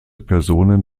personen